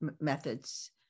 methods